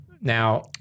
Now